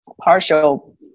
partial